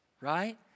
right